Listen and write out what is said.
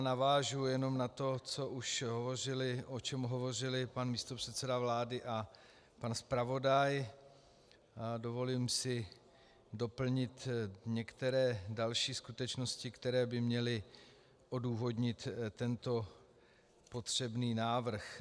Navážu jenom na to, o čem hovořili pan místopředseda vlády a pan zpravodaj, a dovolím si doplnit některé další skutečnosti, které by měly odůvodnit tento potřebný návrh.